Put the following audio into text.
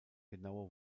genaue